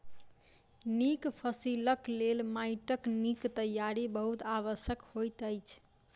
नीक फसिलक लेल माइटक नीक तैयारी बहुत आवश्यक होइत अछि